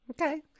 Okay